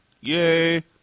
Yay